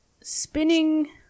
spinning